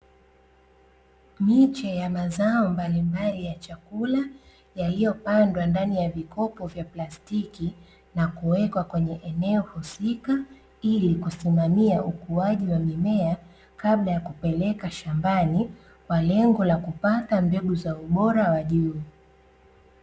Miche ya mazao mbalimbali ya chakula, yaliyopandwa ndani ya vikopo vya plastiki na kuwekwa kwenye eneo husika, ili kusimamia ukuaji wa mimea kabla ya kupeleka shambani, kwa lengo la kupata mbegu za ubora wa juu.